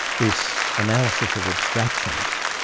this analysis of abstractions,